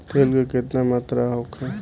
तेल के केतना मात्रा होखे?